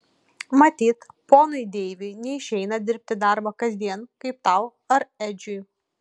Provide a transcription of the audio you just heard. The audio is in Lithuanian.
matyt ponui deiviui neišeina dirbti darbą kasdien kaip tau ar edžiui